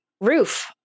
roof